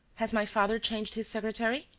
has my father changed his secretary?